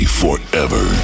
forever